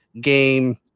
game